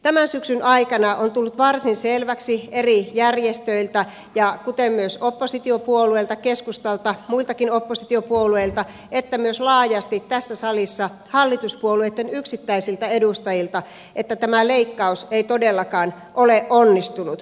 tämän syksyn aikana on tullut varsin selväksi eri järjestöiltä oppositiopuolueilta keskustalta ja muiltakin oppositiopuolueilta ja myös laajasti tässä salissa hallituspuolueitten yksittäisiltä edustajilta että tämä leikkaus ei todellakaan ole onnistunut